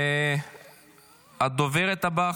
הדוברת הבאה,